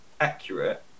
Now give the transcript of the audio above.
accurate